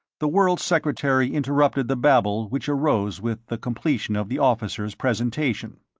the world secretary interrupted the babble which arose with the completion of the officer's presentation.